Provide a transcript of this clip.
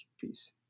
Peace